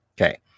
okay